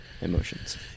Emotions